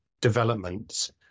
developments